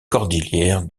cordillère